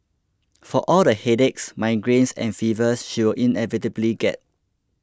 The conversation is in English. for all the headaches migraines and fevers she will inevitably get